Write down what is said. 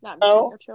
No